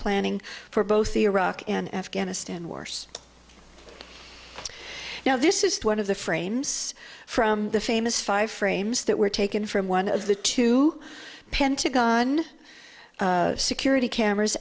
planning for both iraq and afghanistan wars now this is one of the frames from the famous five frames that were taken from one of the two pentagon security cameras